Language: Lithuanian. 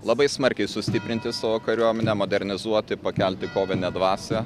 labai smarkiai sustiprinti savo kariuomenę modernizuoti pakelti kovinę dvasią